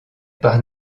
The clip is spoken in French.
par